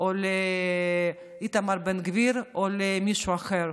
או לאיתמר בן גביר או למישהו אחר.